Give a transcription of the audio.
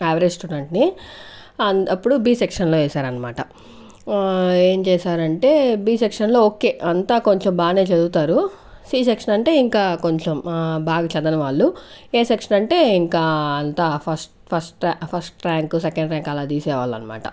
average student ని అం అప్పుడు బి సెక్షన్ లో వేశారన్మాట ఎం చేశారంటే బి సెక్షన్ లో ఓకే అంతా కొంచం బానే చదువుతారు సి సెక్షన్ అంటే ఇంకా కొంచం బాగ చదవని వాళ్ళు ఏ సెక్షన్ అంటే ఇంకా అంతా first first rank second rank అల తీసేవాళ్ళన్మాట